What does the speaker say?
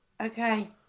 Okay